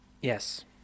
Yes